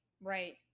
right